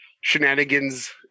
shenanigans